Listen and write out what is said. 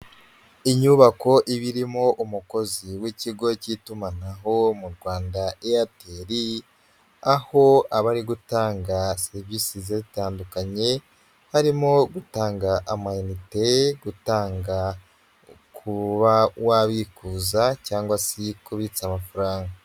Inyubako iba irimo umukozi w'ikigo k'itumanaho wo mu Rwanda Airtel, aho aba ari gutanga serivisi zitandukanye harimo gutanga amayinite, gutanga kuba wabikuza cyangwa se kubitsa amafaranga.